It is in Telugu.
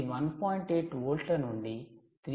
8 వోల్ట్ల నుండి 3